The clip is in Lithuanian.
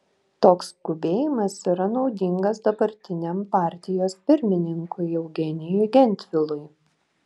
toks skubėjimas yra naudingas dabartiniam partijos pirmininkui eugenijui gentvilui